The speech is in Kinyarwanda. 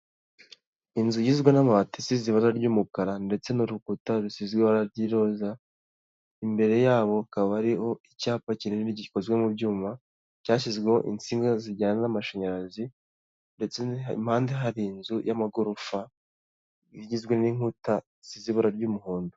Inzu igizwe n'amabati asze ibara ry'umukara ndetse n'urukuta rusizwe ibara ry'iroza, imbere yabo akaba ariho icyapa kinini gikozwe mu byuma, cyashyizweho insinga zijyana n'amashanyarazi ndetse impande hari inzu y'amagorofa igizwe n'inkuta z'ibara ry'umuhondo.